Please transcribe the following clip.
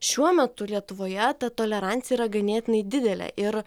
šiuo metu lietuvoje ta tolerancija yra ganėtinai didelė ir